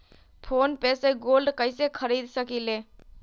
Phone पे से gold कईसे खरीद सकीले?